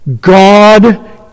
God